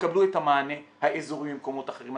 יקבלו את המענה האזורי במקומות אחרים,